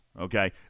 okay